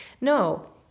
No